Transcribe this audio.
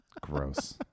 Gross